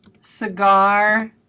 cigar